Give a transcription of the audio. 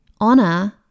honor